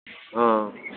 हां